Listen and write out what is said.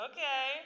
Okay